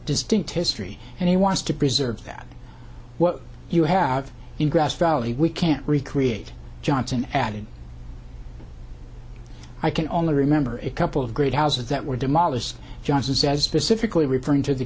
distinct history and he wants to preserve that what you have in grass valley we can't recreate johnson added i can only remember a couple of great houses that were demolished johnson says specifically referring to the